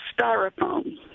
styrofoam